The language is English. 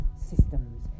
systems